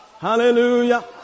Hallelujah